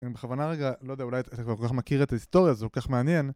אני בכוונה רגע, לא יודע, אולי אתה לא כל כך מכיר את ההיסטוריה הזו, זה לא כל כך מעניין.